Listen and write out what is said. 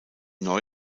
neu